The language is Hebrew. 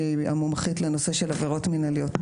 שהיא מומחית לנושא של עבירות מינהליות.